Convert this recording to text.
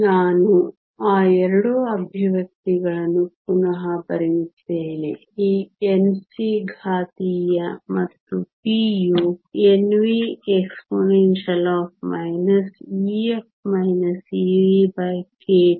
ನಾನು ಆ ಎರಡು ಎಕ್ಸ್ಪ್ರೆಶನ್ ಗಳನ್ನು ಪುನಃ ಬರೆಯುತ್ತೇನೆ ಈ Nc ಘಾತೀಯ ಮತ್ತು p ಯು Nv exp Ef EvkT